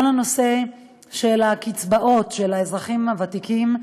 כל הנושא של הקצבאות של האזרחים הוותיקים,